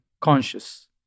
conscious